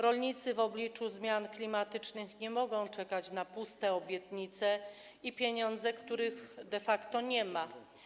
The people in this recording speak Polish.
Rolnicy w obliczu zmian klimatycznych nie mogą czekać na puste obietnice i pieniądze, których de facto nie ma.